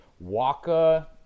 Waka